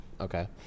Okay